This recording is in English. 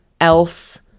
else